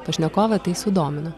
pašnekovą tai sudomino